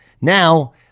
Now